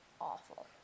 awful